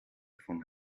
von